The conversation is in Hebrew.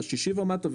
השיש ומטה,